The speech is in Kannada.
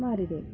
ಮಾರಿದೆವು